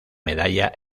medalla